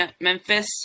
Memphis